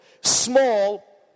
small